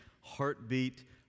Heartbeat